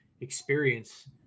experience